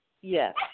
Yes